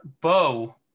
Bo